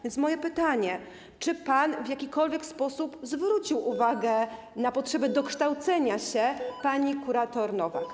Więc moje pytanie: Czy pan w jakikolwiek sposób zwrócił uwagę na potrzebę dokształcenia się pani kurator Nowak?